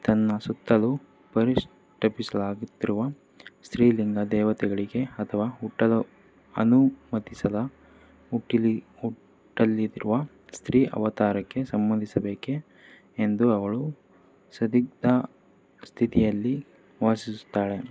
ತನ್ನ ಸುತ್ತಲೂ ಪರಿಸ್ಟಪಿಸ್ಲಾಗುತ್ತಿರುವ ಸ್ತ್ರೀಲಿಂಗ ದೇವತೆಗಳಿಗೆ ಅಥವಾ ಹುಟ್ಟಲು ಅನುಮತಿಸದ ಹುಟ್ಟಲಿ ಹುಟ್ಟಲ್ಲಿ ಇರುವ ಸ್ತ್ರೀ ಅವತಾರಕ್ಕೆ ಸಂಬಂಧಿಸಬೇಕೆ ಎಂದು ಅವಳು ಸಂದಿಗ್ದ ಸ್ಥಿತಿಯಲ್ಲಿ ವಾಸಿಸುತ್ತಾಳೆ